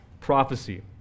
prophecy